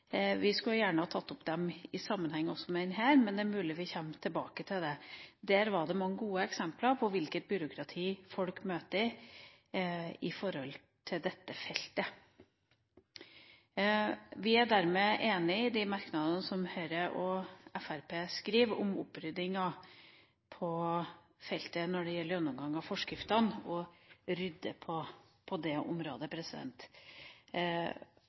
Vi skulle gjerne ha tatt opp det i sammenheng også med dette, men det er mulig vi kommer tilbake til det. Der var det mange gode eksempler på hvilket byråkrati folk møter på dette feltet. Vi er dermed enig i de merknadene som Høyre og Fremskrittspartiet har når det gjelder gjennomgang av forskriftene og opprydding på dette feltet. Jeg syns det